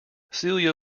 celia